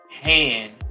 hand